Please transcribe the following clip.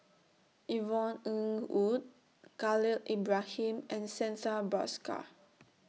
Yvonne Ng Uhde Khalil Ibrahim and Santha Bhaskar